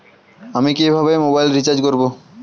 আমি কিভাবে mobile recharge করব?